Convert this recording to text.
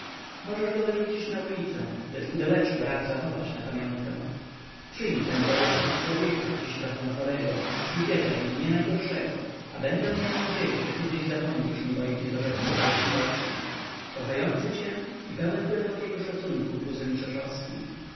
możesz go wyrzucić na ulicę lecz pudełeczko racz zachować na pamiątkę przyjmij ten drobiazg od człowieka dziś trochę chorego i wierzaj nienajgorszego a będę miał nadzieję że kiedyś zapomnisz mi moich niedorzecznych złośliwości kochający cię i pełen głębokiego szacunku kuzyn krzeszowski p